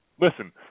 listen